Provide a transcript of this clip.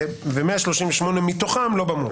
ומתוכם 138 לא במועד.